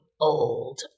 old